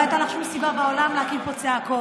לא הייתה לך שום סיבה בעולם להקים פה צעקות.